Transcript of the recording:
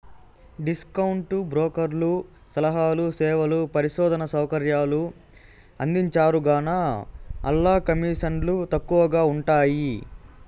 discount బ్రోకర్లు సలహాలు, సేవలు, పరిశోధనా సౌకర్యాలు అందించరుగాన, ఆల్ల కమీసన్లు తక్కవగా ఉంటయ్యి